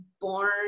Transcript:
born